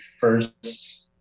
first